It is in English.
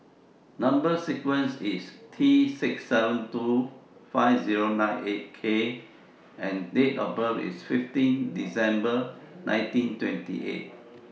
Number sequence IS T six seven two five Zero nine eight K and Date of birth IS fifteen December nineteen twenty eight